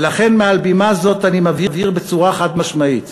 ולכן, מעל בימה זאת אני מבהיר בצורה חד-משמעית: